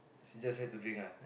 she just send to win ah